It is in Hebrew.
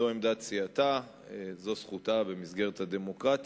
זו עמדת סיעתה, זו זכותה במסגרת הדמוקרטיה,